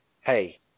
hey